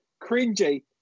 cringy